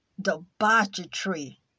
debauchery